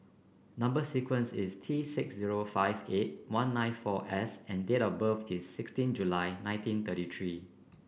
number sequence is T six zero five eight one nine four S and date of birth is sixteen July nineteen thirty three